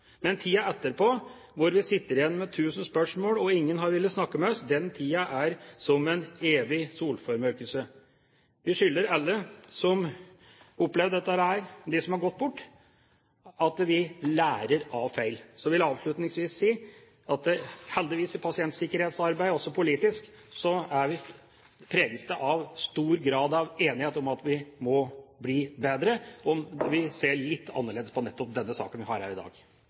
Men tiden etterpå, når vi sitter igjen med tusen spørsmål og ingen vil snakke med oss, er som en evig solformørkelse. Vi skylder alle som har opplevd dette, og de som er gått bort, at vi lærer av feil. Så vil jeg avslutningsvis si at pasientsikkerhetsarbeidet heldigvis, også politisk, preges av stor grad av enighet om at vi må bli bedre, om vi ser litt annerledes på nettopp denne saken vi har her i dag.